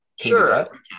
Sure